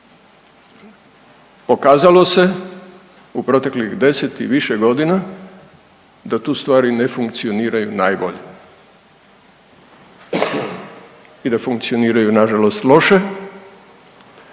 Pokazalo se u proteklih 10 i više godine da tu stvari ne funkcioniraju najbolje i da funkcioniraju nažalost loše.